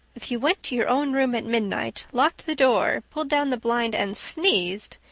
if you went to your own room at midnight, locked the door, pulled down the blind, and sneezed,